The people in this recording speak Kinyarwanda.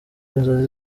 inzozi